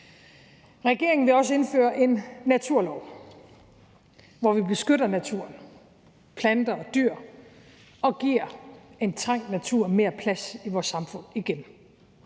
Regeringen vil også indføre en naturlov, hvor vi beskytter naturen, planter og dyr, og giver en trængt natur mere plads i vores samfund igen.